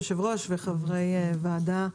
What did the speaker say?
היושב-ראש וחברי הוועדה,